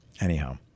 Anyhow